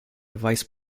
vice